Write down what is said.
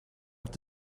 have